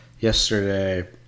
Yesterday